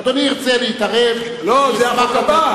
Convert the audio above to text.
אדוני ירצה להתערב, נשמח.